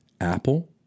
Apple